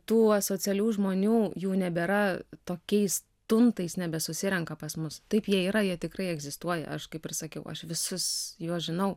tų asocialių žmonių jų nebėra tokiais tuntais nebesusirenka pas mus taip jie yra jie tikrai egzistuoja aš kaip ir sakiau aš visus juos žinau